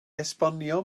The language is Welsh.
esbonio